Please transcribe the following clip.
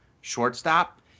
Shortstop